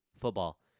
football